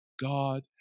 God